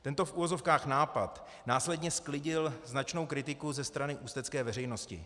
Tento v uvozovkách nápad následně sklidil značnou kritiku ze strany ústecké veřejnosti.